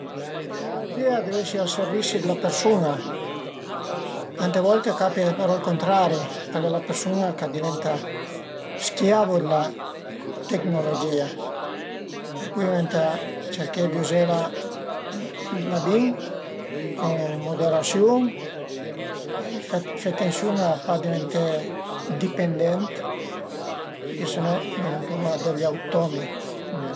La tecnologìa a deu esi al sërvisi d'la persun-a. Tante volte a capita però ël cuntrari, ch'al e la persun-a ch'a diventa schiavo d'la tecnologìa per cui venta cerché d'üzela da bin, cun muderasiun e fe atensiun a pa diventé dipendent perché se no diventuma degli automi